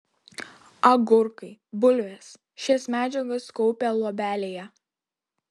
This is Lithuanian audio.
agurkai bulvės šias medžiagas kaupia luobelėje